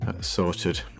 sorted